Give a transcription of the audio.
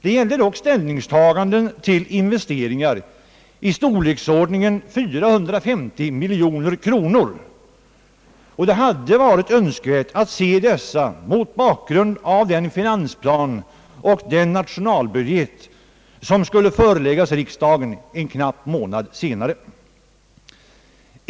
Det gällde dock ställningstaganden till investeringar i storleksordningen 450 miljoner kronor, och det hade varit önskvärt att se dessa mot bakgrunden av den finansplan och den nationalbudget som skulle föreläggas riksdagen en knapp månad senare.